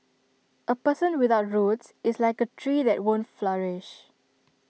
A person without roots is like A tree that won't flourish